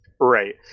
Right